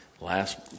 Last